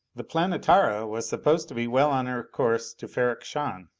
the planetara was supposed to be well on her course to ferrok-shahn.